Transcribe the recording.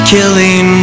Killing